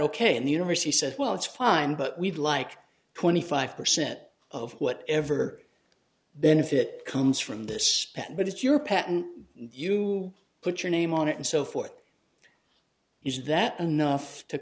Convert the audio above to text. ok and the university said well it's fine but we'd like twenty five percent of whatever benefit comes from this but it's your patent you put your name on it and so forth is that enough to